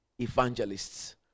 evangelists